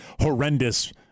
horrendous